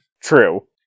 True